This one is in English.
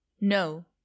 No